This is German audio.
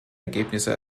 ergebnisse